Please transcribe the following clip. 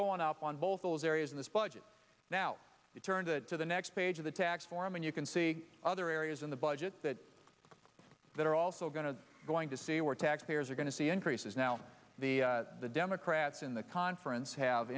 going up on both those areas in this budget now we turn to the next page of the tax form and you can see other areas in the budget that that are also going to going to see where taxpayers are going to see increases now the the democrats in the conference have